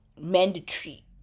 mandatory